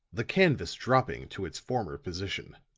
the canvas dropping to its former position.